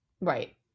Right